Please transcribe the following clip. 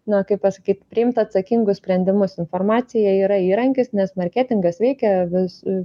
na kaip pasakyt priimti atsakingus sprendimus informacija yra įrankis nes marketingas veikia vis